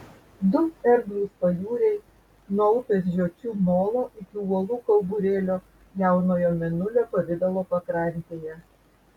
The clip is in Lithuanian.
du erdvūs pajūriai nuo upės žiočių molo iki uolų kauburėlio jaunojo mėnulio pavidalo pakrantėje